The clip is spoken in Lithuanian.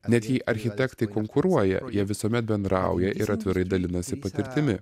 net jei architektai konkuruoja jie visuomet bendrauja ir atvirai dalinasi patirtimi